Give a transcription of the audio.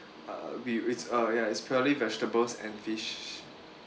uh we it's ya it's purely vegetables and fish